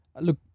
Look